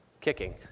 Kicking